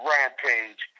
Rampage